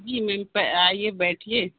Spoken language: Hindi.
जी मैम आइये बैठिये